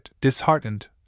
disheartened